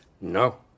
No